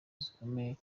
zikomeye